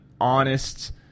honest